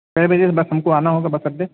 کتنے بجے سے بس ہم کو آنا ہوگا بس اڈے